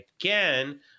again